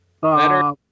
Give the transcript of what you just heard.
Better